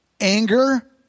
anger